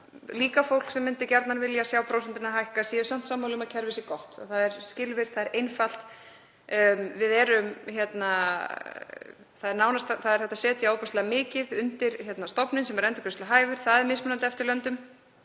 að fólk sem myndi gjarnan vilja sjá prósentuna hækka sé samt sammála um að kerfið sé gott. Það er skilvirkt, það er einfalt. Það er hægt að setja ofboðslega mikið undir stofnun sem er endurgreiðsluhæft. Það er mismunandi eftir löndum.